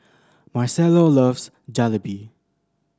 Marcelo loves Jalebi